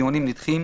דיונים נדחים,